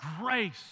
grace